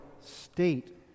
state